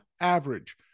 average